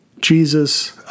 Jesus